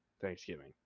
Thanksgiving